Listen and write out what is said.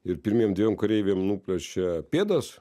ir pirmiem dviem kareiviam nuplėšia pėdas